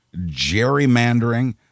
gerrymandering